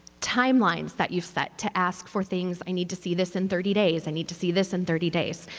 time lines that you've set to ask for things, i need to see this in thirty days, i need to see this in thirty days,